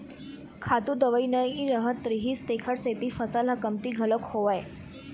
खातू दवई नइ रहत रिहिस तेखर सेती फसल ह कमती घलोक होवय